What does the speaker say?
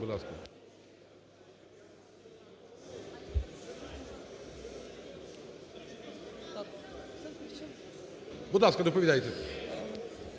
Будь ласка. Будь ласка, доповідайте.